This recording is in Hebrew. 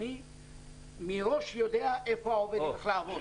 שאני מראש יודע איפה העובד ילך לעבוד.